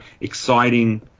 exciting